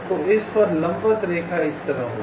तो इस पर लंबवत रेखा इस तरह होगी